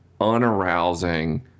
unarousing